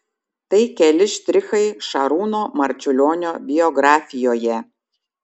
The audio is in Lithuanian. tai keli štrichai šarūno marčiulionio biografijoje